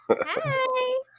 Hi